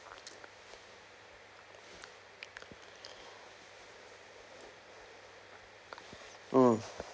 mm